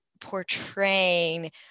portraying